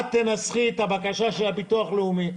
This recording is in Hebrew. את תנסחי את הבקשה של הביטוח הלאומי,